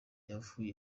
yavuze